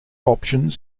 options